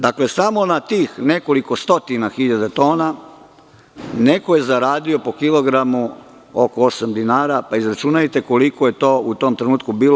Dakle, samo na tih nekoliko stotina hiljada tona neko je zaradio po kilogramu oko osam dinara, pa izračunajte koliko je to u tom trenutku bilo.